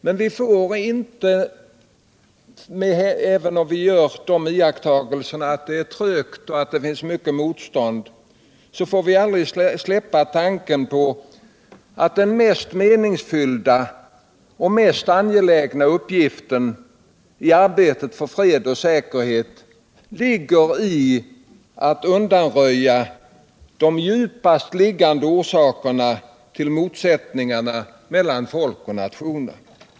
Men även om man gör iakttagelserna att det går trögt och finns mycket motstånd får vi aldrig släppa tanken på att den mest meningsfyllda och angelägna uppgiften i arbetet för fred och säkerhet ligger i att undanröja de djupast liggande orsakerna till motsättningarna mellan folk och nationer.